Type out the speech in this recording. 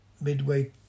midway